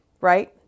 right